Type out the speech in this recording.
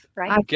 right